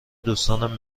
دوستانم